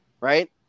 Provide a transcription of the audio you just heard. right